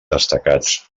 destacats